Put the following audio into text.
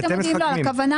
אתם מודיעים לו על הכוונה,